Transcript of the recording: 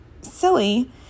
silly